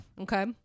Okay